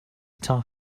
tough